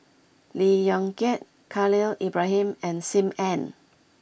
Lee Yong Kiat Khalil Ibrahim and Sim Ann